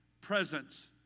presence